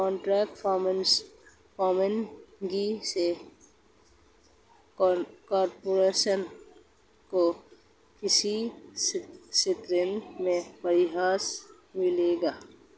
contract farming से corporates को कृषि क्षेत्र में प्रवेश मिलेगा